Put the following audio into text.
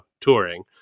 touring